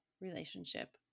relationship